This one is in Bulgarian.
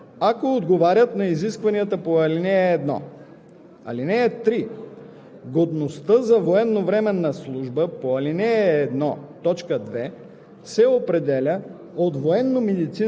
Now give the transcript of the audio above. Студентите във висшите военни училища се обучават за придобиване на допълнителна квалификация „Офицер от резерва“, ако отговарят на изискванията по ал. 1.